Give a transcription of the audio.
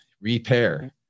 repair